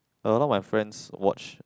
a lot my friends watch